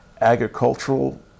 agricultural